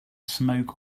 smoke